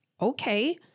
okay